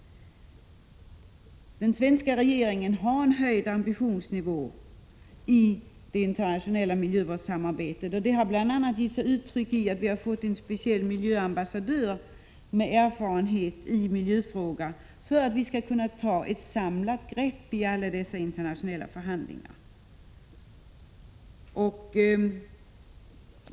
Den svenska regeringen har en hög ambitionsnivå i det internationella miljövårdssamarbetet. Detta har bl.a. tagit sig uttryck i att vi har fått en speciell miljövårdsambassadör med erfarenhet i miljöfrågorna, för att vi skall kunna ta ett samlat grepp vid alla dessa internationella förhandlingar.